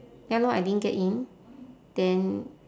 ya lor I didn't get in then